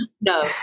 No